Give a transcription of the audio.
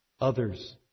others